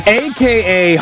aka